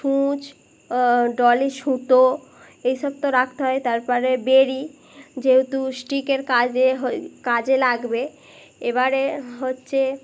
সূচ ডলি সুতো এইসব তো রাখতে হয় তারপরে বেরি যেহেতু স্টিকের কাজে কাজে লাগবে এবারে হচ্ছে